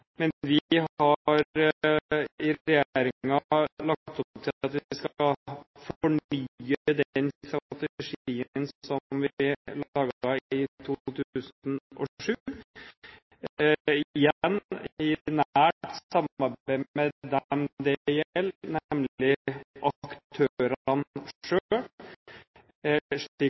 men vi har i regjeringen lagt opp til at vi skal fornye den strategien som vi laget i 2007 – igjen i nært samarbeid med dem det gjelder, nemlig aktørene selv, slik